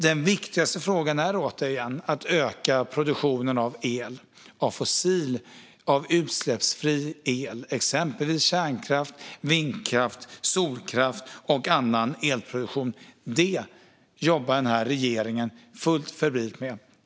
Den viktigaste frågan är återigen att öka produktionen av el - utsläppsfri el. Det är exempelvis kärnkraft, vindkraft, solkraft och annan elproduktion. Det jobbar den här regeringen fullt febrilt med.